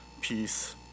peace